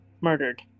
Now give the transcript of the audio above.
murdered